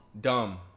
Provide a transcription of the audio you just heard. Dumb